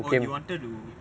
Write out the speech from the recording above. or he wanted to